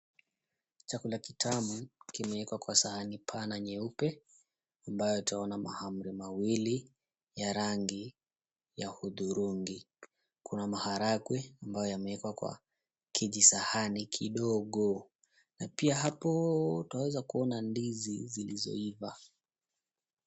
Chakula kitamu kimewekwa kwa sahani pana nyeupe ambayo twaona mahamri mawili ya rangi ya hudhurungi, kuna maharagwe ambayo yamewekwa kwa kijisahani kidogo na pia hapo twaweza ndizi zilizoiva.